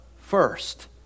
first